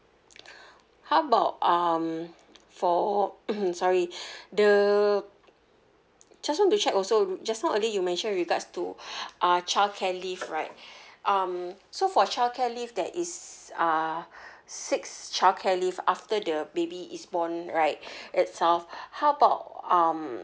how about um for sorry the just want to check also just now early you mention regards to uh childcare leave right um so for childcare leave there is uh six childcare leave after the baby is born right itself how about um